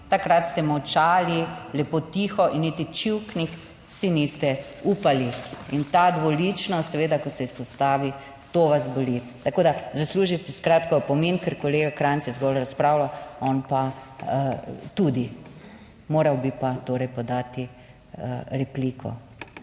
Takrat ste molčali lepo tiho in niti čivkniti si niste upali. In ta dvoličnost, seveda, ko se izpostavi, to vas boli. Tako da, zasluži si skratka, opomin, ker kolega Krajnc je zgolj razpravljal, on pa tudi. Moral bi pa torej podati repliko,